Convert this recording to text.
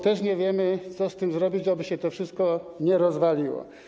Też nie wiemy, co z tym zrobić, aby się to wszystko nie rozwaliło.